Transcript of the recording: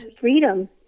Freedom